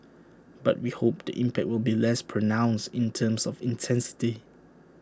but we hope the impact will be less pronounced in terms of intensity